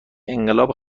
انقلاب